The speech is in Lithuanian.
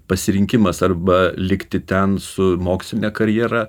pasirinkimas arba likti ten su moksline karjera